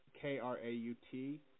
K-R-A-U-T